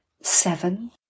seven